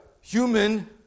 human